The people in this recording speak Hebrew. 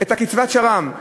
את קצבת השר"מ.